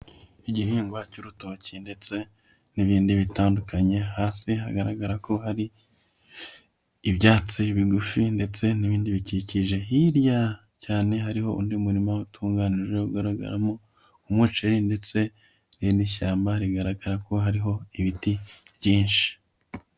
Igihingwa cy'urutoki ndetse n'ibindi bitandukanye, hafi hagaragara ko hari ibyatsi bigufi ndetse n'ibindi bikikije. Hirya cyane hariho undi murima utunganijwe ugaragaramo umuceri ndetse n''irindi shyamba rigaragara ko hariho ibiti byinshi.